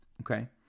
Okay